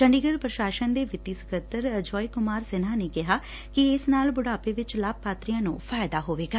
ਚੰਡੀਗੜ ਪੁਸ਼ਾਸਨ ਦੇ ਵਿੱਤੀ ਸਕੱਤਰ ਅਜੋਏ ਕੁਮਾਰ ਸਿਨਹਾ ਨੇ ਕਿਹਾ ਕਿ ਇਸ ਨਾਲ ਬੁਢਾਪੇ ਵਿਚ ਲਾਭਪਾਤਰੀਆਂ ਨੂੰ ਫਾਇਦਾ ਹੋਵੇਗਾ